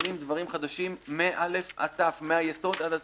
שבונים דברים חדשים מהיסוד עד הטפחות.